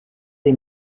the